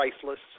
priceless